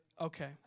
Okay